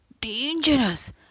dangerous